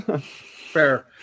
Fair